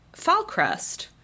Falcrest